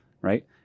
right